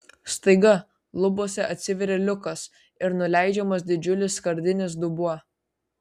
staiga lubose atsiveria liukas ir nuleidžiamas didžiulis skardinis dubuo